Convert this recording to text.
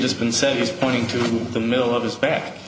just been said he's pointing to the middle of his back